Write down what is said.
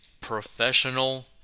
professional